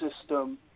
system